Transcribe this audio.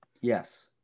Yes